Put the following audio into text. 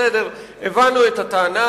בסדר, בסדר, הבנו את הטענה.